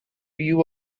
you